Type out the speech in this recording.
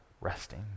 resting